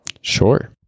Sure